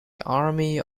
army